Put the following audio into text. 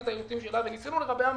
את האילוצים שלה וניסינו לרבע מעגלים.